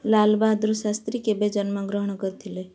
ଲାଲବାହାଦୁର ଶାସ୍ତ୍ରୀ କେବେ ଜନ୍ମଗ୍ରହଣ କରିଥିଲେ